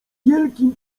wielkim